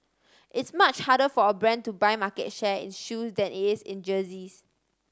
it's much harder for a brand to buy market share in shoes than it is in jerseys